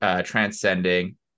transcending